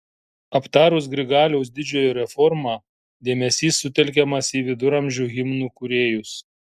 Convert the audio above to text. aptarus grigaliaus didžiojo reformą dėmesys sutelkiamas į viduramžių himnų kūrėjus